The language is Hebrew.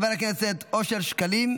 חבר הכסת אושר שקלים,